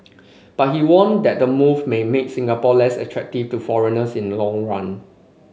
but he warned that the move may make Singapore less attractive to foreigners in long run